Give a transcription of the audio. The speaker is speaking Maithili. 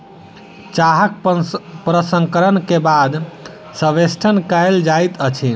चाहक प्रसंस्करण के बाद संवेष्टन कयल जाइत अछि